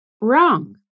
wrong